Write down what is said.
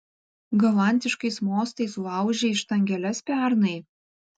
galantiškais mostais laužei štangeles pernai